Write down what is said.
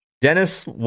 Dennis